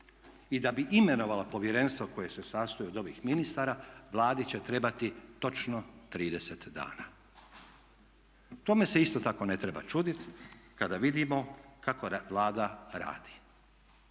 I da bi imenovala povjerenstvo koje se sastoji od ovih ministara Vladi će trebati točno 30 dana. Tome se isto tako ne treba čuditi kada vidimo kako Vlada radi.